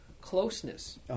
closeness